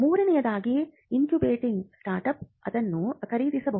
ಮೂರನೆಯದಾಗಿ ಇನ್ಕ್ಯುಬೇಟಿಂಗ್ ಸ್ಟಾರ್ಟ್ಅಪಗಳು ಅದನ್ನು ಖರೀದಿಸಬಹುದು